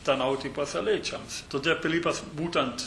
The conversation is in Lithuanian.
tarnauti pasauliečiams todėl pilypas būtent